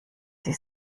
sie